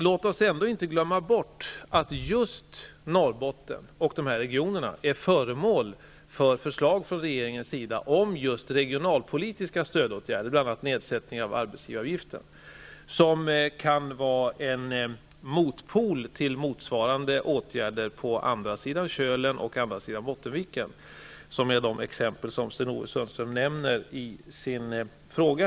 Låt oss inte glömma bort att just Norrbotten och de norra regionerna är föremål för förslag från regeringen om just regionalpolitiska stödåtgärder, bl.a. nedsättning av arbetsgivaravgiften, som kan ses som en motpol till motsvarande åtgärder på andra sidan kölen och andra sidan Bottenviken, vilka är de exempel som Sten-Ove Sundström nämner i sin fråga.